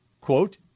quote